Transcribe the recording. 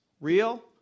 real